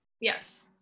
Yes